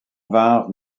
vinrent